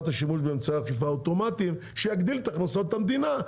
השימוש באמצעי אכיפה אוטומטיים שיגדיל את הכנסות המדינה".